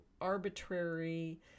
arbitrary